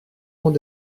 monde